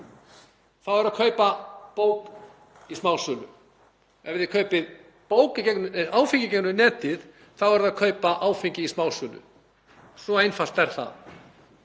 þá er ég að kaupa bók í smásölu. Ef ég kaupi áfengi í gegnum netið þá er ég að kaupa áfengi í smásölu, svo einfalt er það.